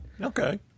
Okay